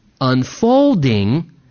unfolding